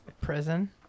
Prison